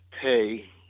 pay